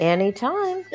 Anytime